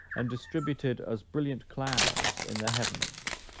and distributed as brilliant clouds in the heavens,